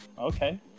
Okay